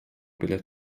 byle